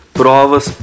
provas